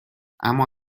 اما